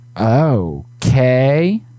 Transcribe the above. okay